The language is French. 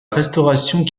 restauration